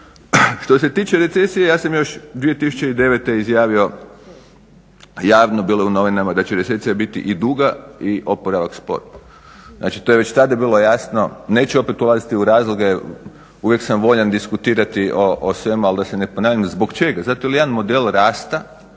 Što se tiče recesije ja sam još 2009. izjavio javno, bilo je u novinama da će recesija biti i duga i oporavak spor. Znači to je već tada bilo jasno. Neću opet ulaziti u razloge, uvijek sam voljan diskutirati o svemu, ali da se ne ponavljam. Zbog čega? Zato jer jedan model rasta